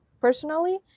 personally